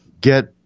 get